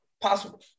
possible